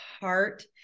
heart